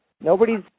Nobody's